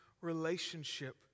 relationship